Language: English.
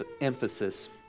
emphasis